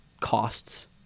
costs